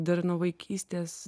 dar nuo vaikystės